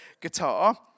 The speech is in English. guitar